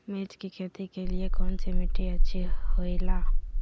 मिर्च की खेती के लिए कौन सी मिट्टी अच्छी होईला?